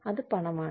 അത് പണമാണ്